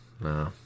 no